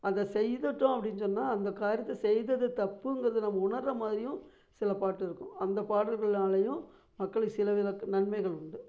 அதை செய்திட்டோம் அப்படின்னு சொன்னால் அந்த காரியத்தை செய்தது தப்புங்கிறத நம்ம உணர்கிறமாதிரியும் சில பாட்டு இருக்கும் அந்த பாடல்களாலையும் மக்களுக்கு சில வித நன்மைகள் உண்டு